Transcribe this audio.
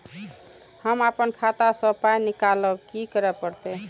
हम आपन खाता स पाय निकालब की करे परतै?